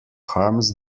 harms